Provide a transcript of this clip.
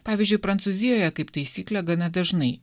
pavyzdžiui prancūzijoje kaip taisyklė gana dažnai